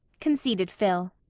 conceded phil.